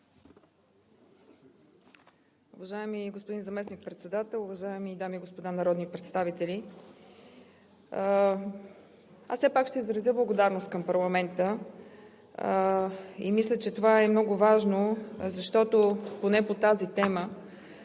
Уважаеми господин Председател, уважаеми дами и господа народни представители! Аз все пак ще изразя благодарност към парламента. Мисля, че това е много важно, защото поне по тази тема